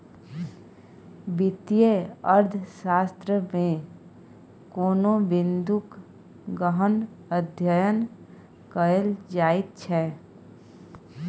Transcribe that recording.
वित्तीय अर्थशास्त्रमे कोनो बिंदूक गहन अध्ययन कएल जाइत छै